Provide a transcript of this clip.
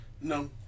no